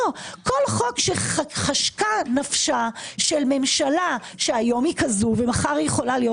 כל חוק שחשקה נפש של ממשלה שהיום היא כזו ומחר יכולה להיות